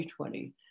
2020